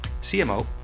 CMO